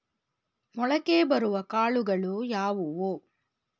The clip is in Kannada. ಮೊಳಕೆ ಬರುವ ಕಾಳುಗಳು ಯಾವುವು?